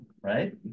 right